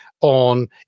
on